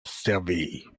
servie